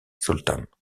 sultan